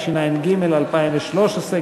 התשע"ג 2013,